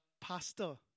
pastor